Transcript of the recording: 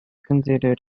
considered